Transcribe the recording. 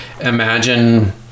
imagine